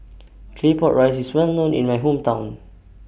Claypot Rice IS Well known in My Hometown